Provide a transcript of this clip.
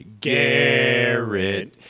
Garrett